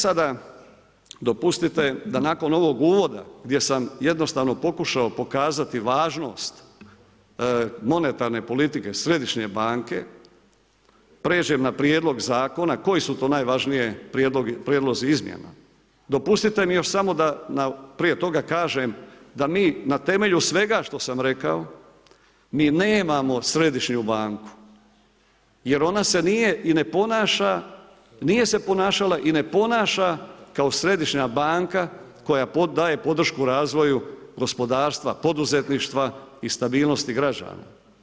Sada, dopustite da nakon ovog uvoda, gdje sam jednostavno pokušao pokazati važnost monetarne politike Središnje banke, pređena na prijedlog zakona, koji su to najvažniji prijedlozi izmjena, dopustite mi još samo, da prije toga kažem da mi na temelju svega što sam rekao mi nemamo Središnju banku, jer ona se nije i ne ponaša, nije se ponašala i ne ponaša, kao Središnja banka, koja daje podršku razvoju gospodarstva, poduzetništva i stabilnosti građana.